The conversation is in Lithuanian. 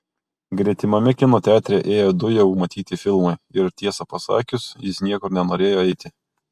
gretimame kino teatre ėjo du jau matyti filmai ir tiesą pasakius jis niekur nenorėjo eiti